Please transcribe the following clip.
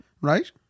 Right